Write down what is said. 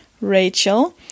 Rachel